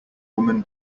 woman